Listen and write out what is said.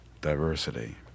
diversity